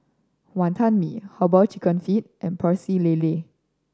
Wantan Mee Herbal Chicken Feet and Pecel Lele